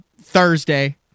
Thursday